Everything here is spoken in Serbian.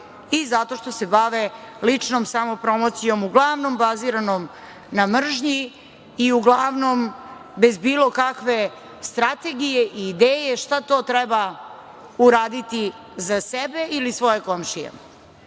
i zato što se bave ličnom samopromocijom, uglavnom baziranom na mržnji i uglavnom bez bilo kakve strategije i ideje šta to treba uraditi za sebe ili svoje komšije. Moje